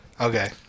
Okay